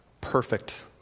perfect